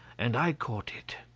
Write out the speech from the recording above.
and i caught it.